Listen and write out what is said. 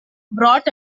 brought